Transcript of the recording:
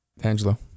Tangelo